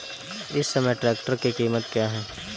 इस समय ट्रैक्टर की कीमत क्या है?